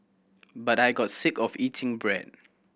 but I got sick of eating bread